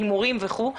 הימורים או כל דבר אחר.